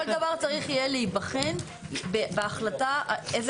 כל דבר צריך יהיה להיבחן בהחלטה איזה